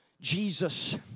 Jesus